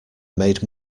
made